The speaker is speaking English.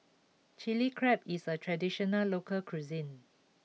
Chilli Crab is a traditional local cuisine